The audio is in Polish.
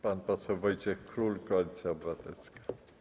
Pan poseł Wojciech Król, Koalicja Obywatelska.